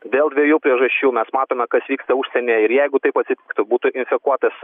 dėl dviejų priežasčių mes matome kas vyksta užsienyje ir jeigu taip patiktų būtų infekuotas